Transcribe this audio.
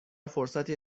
فرصتی